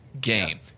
game